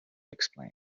explained